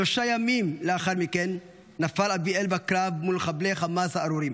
שלושה ימים לאחר מכן נפל אביאל בקרב מול מחבלי חמאס הארורים.